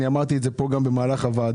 אני אמרתי את זה גם במהלך העבודה,